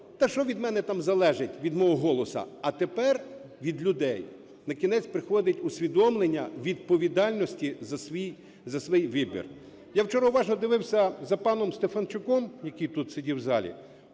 "Та що від мене там залежить, від мого голосу?". А тепер від людей, накінець, приходить усвідомлення відповідальності за свій вибір. Я вчора уважно дивився за паном Стефанчуком, який тут сидів в залі.